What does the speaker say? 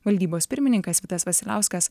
valdybos pirmininkas vitas vasiliauskas